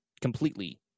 completely